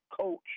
coach